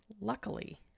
Luckily